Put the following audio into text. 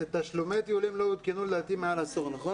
תשלומי טיולים לא עודכנו, לדעתי, מעל עשור, נכון?